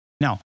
Now